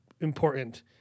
important